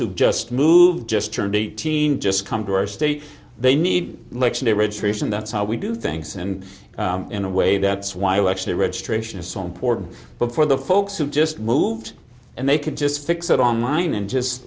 who just moved just turned eighteen just come to our state they need election a rejection that's how we do things and in a way that's why we're actually registration is so important but for the folks who just moved and they can just fix it online and just